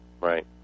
Right